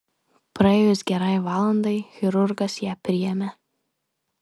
praėjus gerai valandai chirurgas ją priėmė